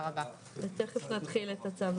הישיבה ננעלה בשעה